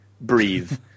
breathe